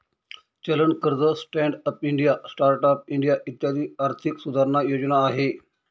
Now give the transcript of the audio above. चलन कर्ज, stand up India, start up India इत्यादी आर्थिक सुधारणा योजना आहे